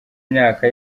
imyaka